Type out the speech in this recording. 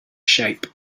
shape